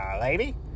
lady